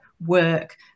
work